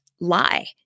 lie